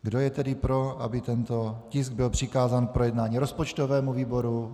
Kdo je tedy pro, aby tento tisk byl přikázán k projednání rozpočtovému výboru?